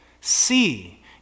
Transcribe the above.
See